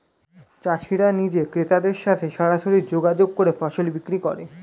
চাষিরা নিজে ক্রেতাদের সাথে সরাসরি যোগাযোগ করে ফসল বিক্রি করে